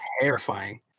terrifying